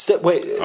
Wait